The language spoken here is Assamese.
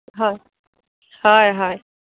হয় হয় হয়